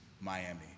Miami